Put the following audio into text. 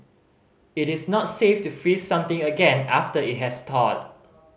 it is not safe to freeze something again after it has thawed